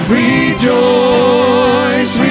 rejoice